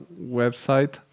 website